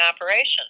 operation